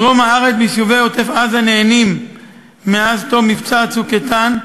דרום הארץ ויישובי עוטף-עזה נהנים מאז תום מבצע "צוק איתן"